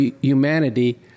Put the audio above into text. humanity